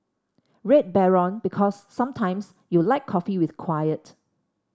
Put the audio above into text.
Red Baron Because sometimes you like coffee with quiet